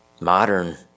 Modern